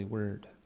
word